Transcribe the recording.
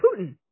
Putin